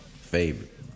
Favorite